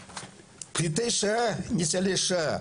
הרבה שנים לא הכירו בנו כניצולי שואה.